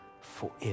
forever